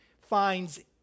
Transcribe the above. finds